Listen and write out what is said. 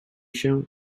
się